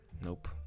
Nope